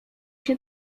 się